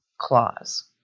clause